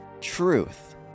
truth